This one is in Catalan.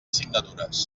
signatures